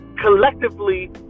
collectively